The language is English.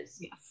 Yes